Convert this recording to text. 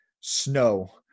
snow